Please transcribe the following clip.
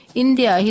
India